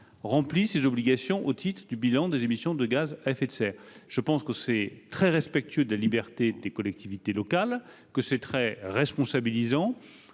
rempli ses obligations au titre du bilan d'émissions de gaz à effet de serre. C'est à la fois très respectueux des libertés des collectivités locales et très responsabilisant.